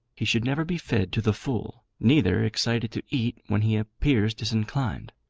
he should never be fed to the full neither excited to eat when he appears disinclined.